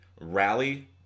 rally